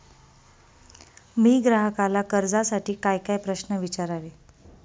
मी ग्राहकाला कर्जासाठी कायकाय प्रश्न विचारावे?